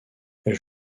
elles